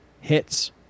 hits